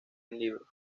libro